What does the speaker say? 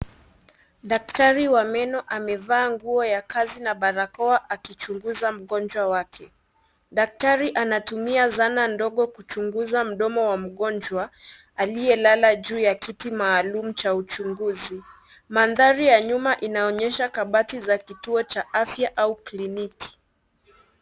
Daktari wa meno amevaa nguo ya kazi na barakoa akichunguza mgonjwa wake daktari anatumia zana ndogo kuchunguza mdogo wa mgonjwa aliyelala juu ya kiti maalum cha uchunguzi mandarin ya nyuma inaonyesha kabati za kituo cha afya au kliniki.